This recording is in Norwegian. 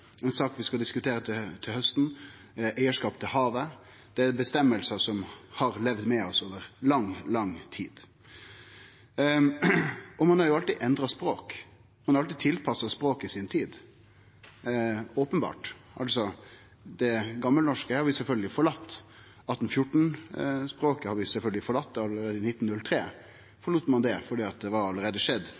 sak vi skal diskutere til hausten, eigarskapen til havet. Dette er føresegner som har levd med oss over lang, lang tid. Ein har alltid endra språket, ein har alltid tilpassa språket til si tid – openbert. Det gamalnorske har vi sjølvsagt forlate. 1814-språket har vi sjølvsagt forlate – allereie i 1903 forlét ein det fordi det språkleg sett hadde skjedd